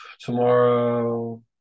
tomorrow